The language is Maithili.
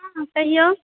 हॅं कहियौ